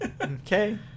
Okay